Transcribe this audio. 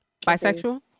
Bisexual